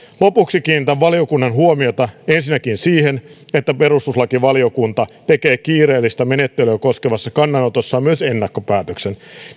lopuksi kiinnitän valiokunnan huomiota ensinnäkin siihen että perustuslakivaliokunta tekee kiireellistä menettelyä koskevassa kannanotossaan myös ennakkopäätöksen